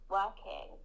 working